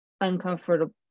uncomfortable